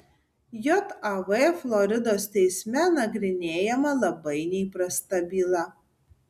jav floridos teisme nagrinėjama labai neįprasta byla